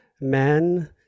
men